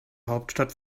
hauptstadt